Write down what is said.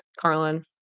carlin